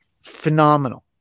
phenomenal